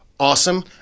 Awesome